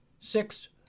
six